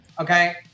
Okay